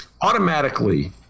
Automatically